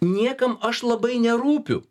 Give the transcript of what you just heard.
niekam aš labai nerūpiu